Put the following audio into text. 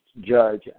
judge